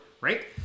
right